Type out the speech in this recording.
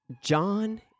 John